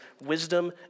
wisdom